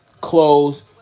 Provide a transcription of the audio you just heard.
clothes